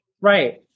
Right